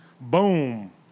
Boom